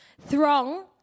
Throng